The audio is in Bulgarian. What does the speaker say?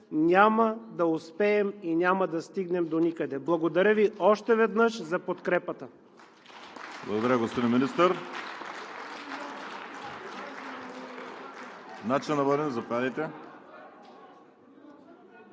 няма да успеем и няма да стигнем доникъде. Благодаря Ви още веднъж за подкрепата.